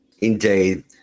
Indeed